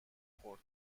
خورد